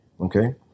okay